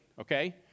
okay